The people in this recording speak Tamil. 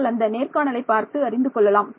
நீங்கள் அந்த நேர்காணலை பார்த்து அறிந்து கொள்ளலாம்